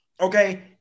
okay